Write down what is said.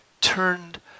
turned